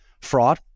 fraud